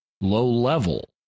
low-level